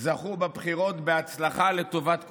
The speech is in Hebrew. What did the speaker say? שזכו בבחירות, לטובת כולנו.